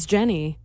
Jenny